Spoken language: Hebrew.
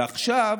ועכשיו,